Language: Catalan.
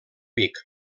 vic